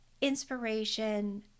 inspiration